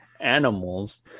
animals